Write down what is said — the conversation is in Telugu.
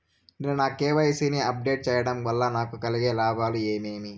నేను నా కె.వై.సి ని అప్ డేట్ సేయడం వల్ల నాకు కలిగే లాభాలు ఏమేమీ?